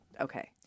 okay